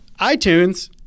iTunes